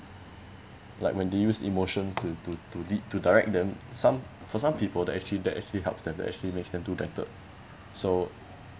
like when they use emotions to to to lead to direct them some for some people that actually that actually helps them that actually makes them do better so